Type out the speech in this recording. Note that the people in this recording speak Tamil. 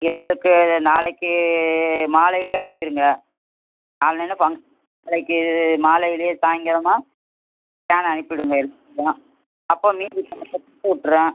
எங்களுக்கு நாளைக்கு மாலையிலேயே அனுப்பிருங்க காலையில் ஃபங்க்ஷன் நாளைக்கு மாலையிலேயே சாய்ங்காலமாக கேனை அனுப்பிவிடுங்கள் அப்போ மீதி பணத்தை கொடுத்துவுட்டுறேன்